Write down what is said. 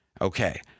Okay